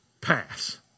pass